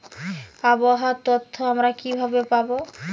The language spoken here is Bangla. আবহাওয়ার তথ্য আমরা কিভাবে পাব?